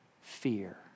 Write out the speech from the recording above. fear